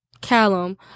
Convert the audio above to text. Callum